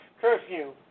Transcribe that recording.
curfew